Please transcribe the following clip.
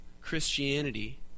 Christianity